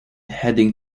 heading